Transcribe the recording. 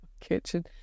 kitchen